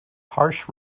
harsh